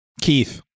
Keith